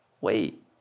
wait